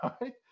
right